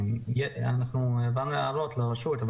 אנחנו העברנו הערות לרשות,